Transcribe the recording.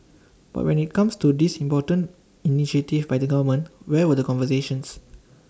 but when IT comes to this most important initiative by the government where were the conversations